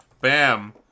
Bam